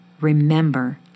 Remember